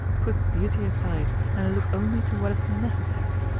put beauty aside, and look only to what is necessary.